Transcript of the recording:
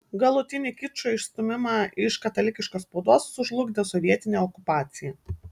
galutinį kičo išstūmimą iš katalikiškos spaudos sužlugdė sovietinė okupacija